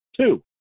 Two